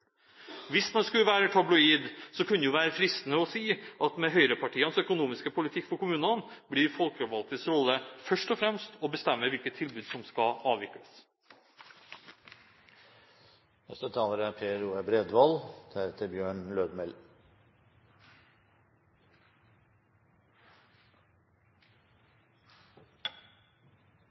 Hvis man skulle være tabloid, kunne det være fristende å si at med høyrepartienes økonomiske politikk for kommunene blir de folkevalgtes rolle først og fremst å bestemme hvilke tilbud som skal avvikles. Det er